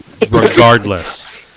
regardless